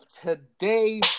today